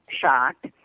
shocked